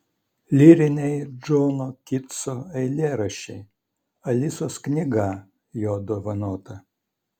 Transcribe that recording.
lyriniai džono kitso eilėraščiai alisos knyga jo dovanota